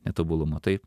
netobulumo tai